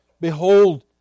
behold